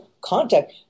contact